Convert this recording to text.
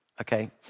okay